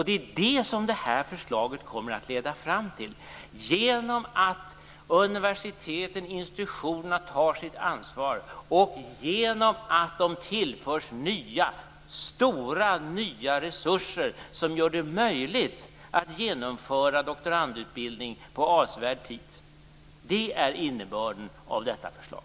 Det är det som det här förslaget kommer att leda till genom att universiteten/institutionerna tar sitt ansvar och genom att de tillförs stora nya resurser som gör det möjligt att genomföra doktorandutbildning på avsevärt kortare tid. Det är innebörden av detta förslag!